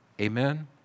Amen